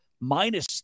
minus